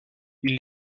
ils